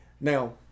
Now